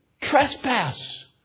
trespass